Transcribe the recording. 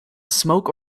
smoke